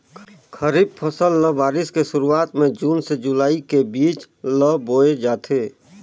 खरीफ फसल ल बारिश के शुरुआत में जून से जुलाई के बीच ल बोए जाथे